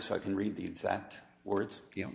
so i can read the exact words you know